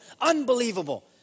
Unbelievable